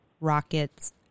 Rockets